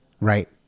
right